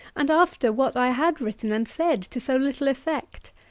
and after what i had written and said to so little effect?